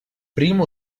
prima